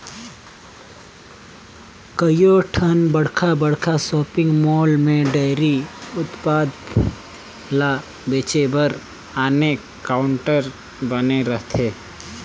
कयोठन बड़खा बड़खा सॉपिंग मॉल में डेयरी उत्पाद ल बेचे बर आने काउंटर बने रहथे